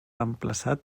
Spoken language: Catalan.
reemplaçat